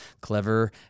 clever